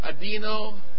Adino